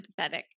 empathetic